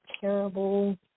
terrible